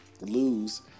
lose